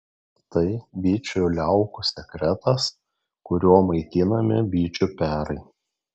tai bičių liaukų sekretas kuriuo maitinami bičių perai